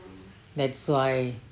that's why